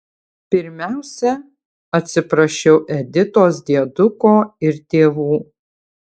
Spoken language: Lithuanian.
pirmiausia atsiprašiau editos dieduko ir tėvų